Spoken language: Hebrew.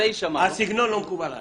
הסגנון לא מקובל עלי,